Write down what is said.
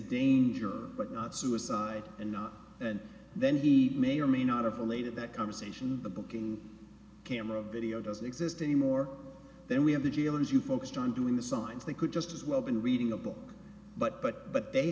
danger but not suicide and not and then he may or may not of related that conversation the booking camera video doesn't exist anymore then we have the g l as you focused on doing the signs they could just as well been reading a book but but but they